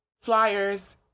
flyers